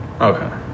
Okay